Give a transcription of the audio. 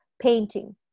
painting